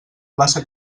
plaça